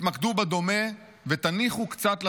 תתמקדו בדומה ותניחו קצת לשונה.